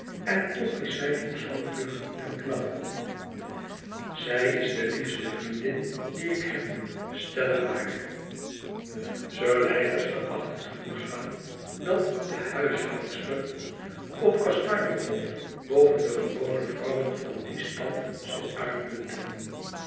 en toch is zij nog zoo vlug en knap zij is de liefste vriendin die ik heb stellig waar sir leicester acht het voegzaam dat de huishoudster op kastanje hof boven de gewone vrouwen van dien stand zal uitmunten